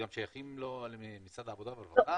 גם של ההדרכה,